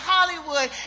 Hollywood